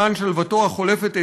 למען שלוותו החולפת,